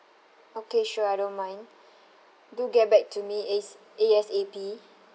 okay sure I don't mind do get back to me AS~ A_S_A_P